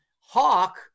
hawk